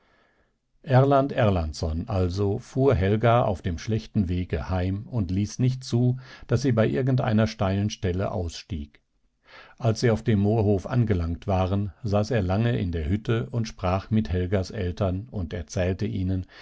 erlandsson also fuhr helga auf dem schlechten wege heim und ließ nicht zu daß sie bei irgendeiner steilen stelle ausstieg als sie auf dem moorhof angelangt waren saß er lange in der hütte und sprach mit helgas eltern und erzählte ihnen